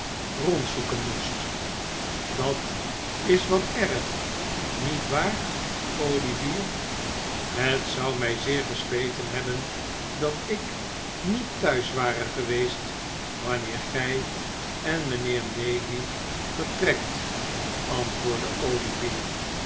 rondzoeken moest dat is wat erg niet waar olivier het zou mij zeer gespeten hebben dat ik niet thuis ware geweest wanneer gij en mijnheer maylie vertrekt antwoordde o